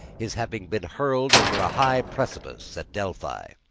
his having been hurled over a high precipice at delphi.